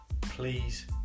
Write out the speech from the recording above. please